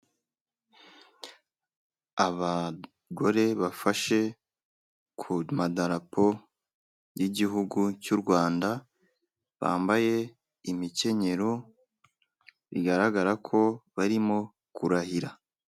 Abagore bafashe ku madarapo y'igihugu cy'u Rwanda, bambaye imikenyero bigaragara ko barimo kurahira.